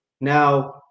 Now